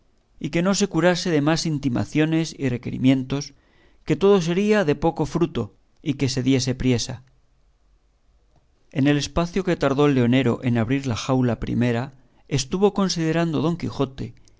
y que no se curase de más intimaciones y requirimientos que todo sería de poco fruto y que se diese priesa en el espacio que tardó el leonero en abrir la jaula primera estuvo considerando don quijote